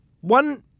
One